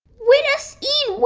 let us in!